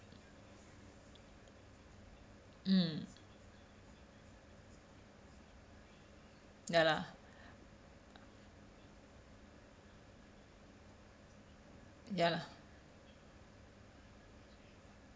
mm ya lah ya lah